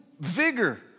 vigor